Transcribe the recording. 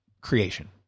creation